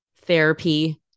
therapy